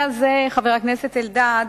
חבר הכנסת אלדד,